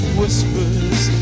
whispers